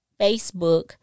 facebook